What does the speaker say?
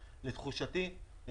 לתחושתי,